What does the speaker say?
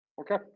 Okay